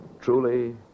truly